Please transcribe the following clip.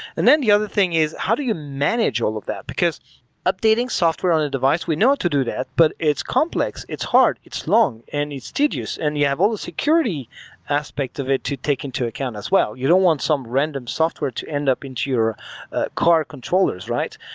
and then the other thing is how do you manage all of that? because updating software on a device, we know how to do that, but it's complex, it's hard, it's long, and it's tedious, and you have all the security aspect of it to take into account as well. you don't want some random software to end up into your car controllers, right?